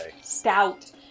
Stout